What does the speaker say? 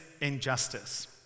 injustice